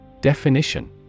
Definition